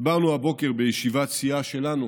דיברנו הבוקר בישיבת סיעה שלנו,